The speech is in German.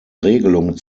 regelung